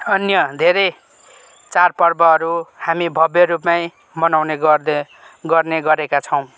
अन्य धेरै चाड पर्वहरू हामी भव्य रूपमै मनाउने गर्दै गर्ने गरेका छौँ